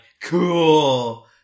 cool